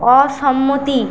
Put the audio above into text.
অসম্মতি